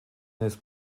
ist